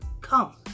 come